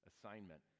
assignment